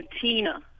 Tina